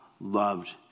loved